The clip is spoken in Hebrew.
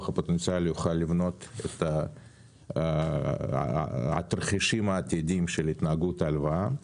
הפוטנציאלי יוכל לבנות את התרחישים העתידיים של התנהגות ההלוואה.